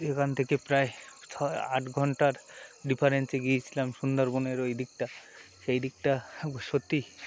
এখান থেকে প্রায় ছয় আট ঘন্টার ডিফারেন্সে গিয়েছিলাম সুন্দরবনের ওই দিকটা সেই দিকটা সত্যি